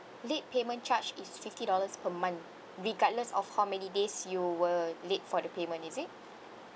late payment charge is fifty dollars per month regardless of how many days you were late for the payment is it